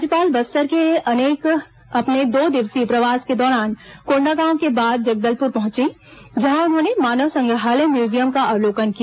राज्यपाल बस्तर के अपने दो दिवसीय प्रवास के दौरान कोंडागांव के बाद जगदलपुर पहुंची जहां उन्होंने मानव संग्रहालय म्यूजियम का अवलोकन किया